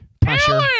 pressure